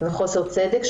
וחוסר צדק,